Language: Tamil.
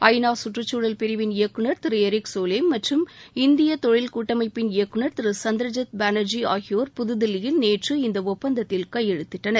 ஐநா சுற்றுச்சூழல் பிரிவின் இயக்குநர் திரு எரிக் சோலேம் மற்றும் இந்திய தொழில் கூட்டமைப்பின் இயக்குநர் திரு சந்திரஜித் பானர்ஜி ஆகியோர் புதுதில்லியில் நேற்று இந்த ஒப்பந்தத்தில் கையெழுத்திட்டனர்